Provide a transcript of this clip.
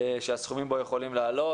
שהסכומים בו יכולים לעלות.